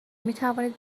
میتوانید